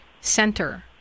center